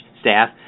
staff